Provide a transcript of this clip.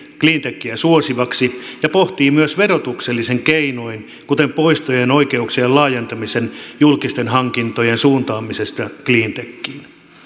cleantechiä suosivaksi ja pohtii myös verotuksellisin keinoin kuten poisto oikeuksien laajentamisella julkisten hankintojen suuntaamista cleantechiin